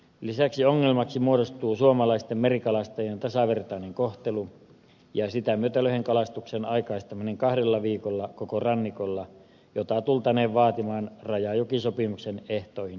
lisäksi ongelmaksi muodostuu suomalaisten merikalastajien tasavertainen kohtelu ja sitä myötä lohenkalastuksen aikaistaminen kahdella viikolla koko rannikolla jota tultaneen vaatimaan rajajokisopimuksen ehtoihin vedoten